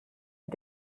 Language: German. mit